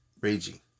raging